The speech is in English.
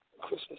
Christmas